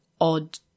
odd